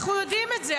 אנחנו יודעים את זה,